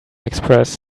express